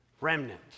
Remnant